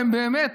והם באמת